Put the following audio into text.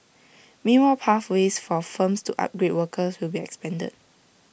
mean pathways for firms to upgrade workers will be expanded